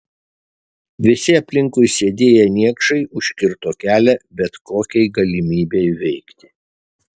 visi aplinkui sėdėję niekšai užkirto kelią bet kokiai galimybei veikti